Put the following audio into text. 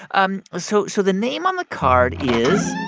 um ah so so the name on the card is.